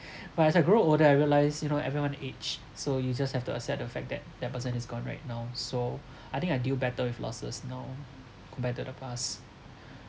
but as I grow older I realise you know everyone ages so you just have to accept the fact that that person is gone right now so I think I deal better with losses now compared to the past